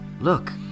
Look